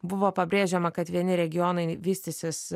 buvo pabrėžiama kad vieni regionai vystysis